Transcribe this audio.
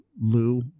Lou